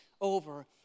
over